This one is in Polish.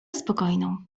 spokojną